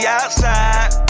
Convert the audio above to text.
outside